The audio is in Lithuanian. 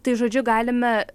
tai žodžiu galime